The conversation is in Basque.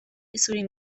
isuri